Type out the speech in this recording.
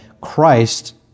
Christ